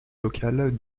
locale